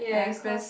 ya it cost